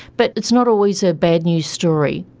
but it's not always a bad news story.